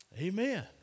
Amen